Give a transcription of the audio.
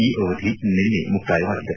ಈ ಅವಧಿ ನಿನ್ನೆ ಮುಕ್ತಾಯವಾಗಿದೆ